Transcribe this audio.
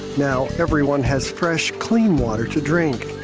now everyone has fresh, clean water to drink.